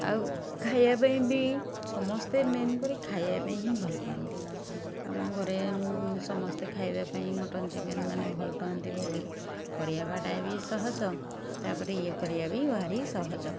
ଆଉ ଖାଇବା ପାଇଁ ବି ସମସ୍ତେ ମେନ୍ କରି ଖାଇବା ପାଇଁ ହିଁ ଭଲ ପାଆନ୍ତି ଆମ ଘରେ ସମସ୍ତେ ଖାଇବା ପାଇଁ ମଟନ୍ ଚିକେନ୍ ମାନେ ଭଲ ପାଆନ୍ତି ବୋଲି କରେଇବାଟା ବି ସହଜ ତା ପରେ ଇଏ କରିବା ବି ଭାରି ସହଜ